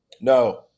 No